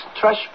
Trash